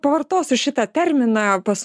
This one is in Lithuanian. pavartosiu šitą terminą pas